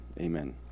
amen